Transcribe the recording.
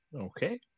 okay